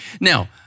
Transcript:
Now